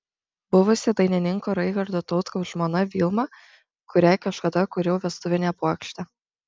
buvusi dainininko raigardo tautkaus žmona vilma kuriai kažkada kūriau vestuvinę puokštę